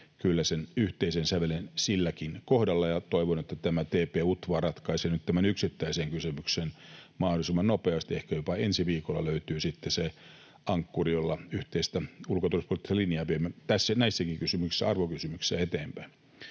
kyllä sen yhteisen sävelen silläkin kohdalla, ja toivon, että TP-UTVA ratkaisee nyt tämän yksittäisen kysymyksen mahdollisimman nopeasti. Ehkä jopa ensi viikolla löytyy sitten se ankkuri, jolla yhteistä ulko- ja turvallisuuspoliittista linjaa viemme näissä arvokysymyksissäkin eteenpäin.